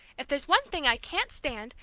if there's one thing i can't stand,